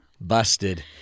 Busted